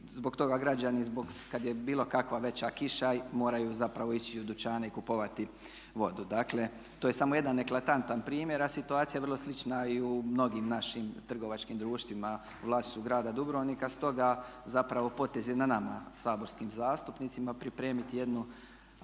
Zbog toga građani kad je bilo kakva veća kiša moraju zapravo ići u dućane i kupovati vodu. Dakle, to je samo jedan eklatantan primjer a situacija je vrlo slična i u mnogim našim trgovačkim društvima u vlasništvu grada Dubrovnika. Stoga zapravo potez je na nama, saborskim zastupnicima, pripremiti jednu